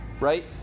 right